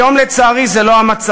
היום, לצערי, זה לא המצב.